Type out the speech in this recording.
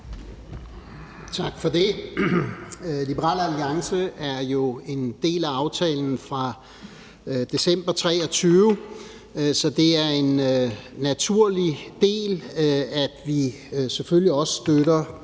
Tak for det. Liberal Alliance er jo en del af aftalen fra december 2023, så det er en naturlig del, at vi selvfølgelig også støtter